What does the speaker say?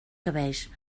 cabells